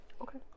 Okay